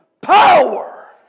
power